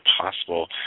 possible